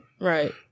right